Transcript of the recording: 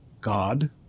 God